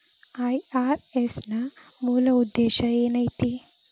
IRS ನ ಮೂಲ್ ಉದ್ದೇಶ ಏನೈತಿ?